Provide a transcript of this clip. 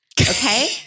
Okay